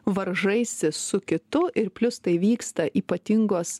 varžaisi su kitu ir plius tai vyksta ypatingos